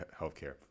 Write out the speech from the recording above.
healthcare